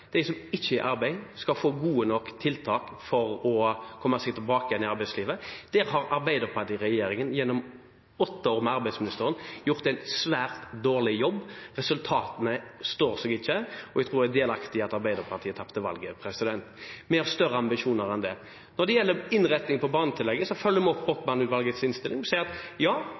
De som ikke er i arbeid, skal få gode nok tiltak for å komme seg tilbake igjen i arbeidslivet. Der har arbeidspartiregjeringen gjennom åtte år med arbeidsministeren gjort en svært dårlig jobb. Resultatene står seg ikke, og jeg tror det er delaktig i at Arbeiderpartiet tapte valget. Vi har større ambisjoner enn det. Når det gjelder innretningen på barnetillegget, følger vi opp Brochmann-utvalgets innstilling. Vi sier at ja,